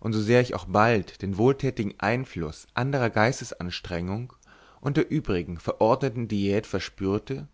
und sosehr ich auch bald den wohltätigen einfluß anderer geistesanstrengung und der übrigen verordneten diät verspürte